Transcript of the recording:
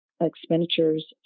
expenditures